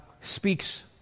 speaks